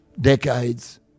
decades